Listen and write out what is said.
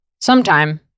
Sometime